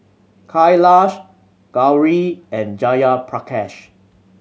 Kailash Gauri and Jayaprakash